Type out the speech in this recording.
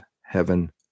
heaven